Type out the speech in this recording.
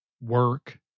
work